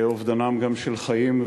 וגם אובדנם של חיים,